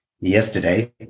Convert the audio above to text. yesterday